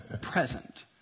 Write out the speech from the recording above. present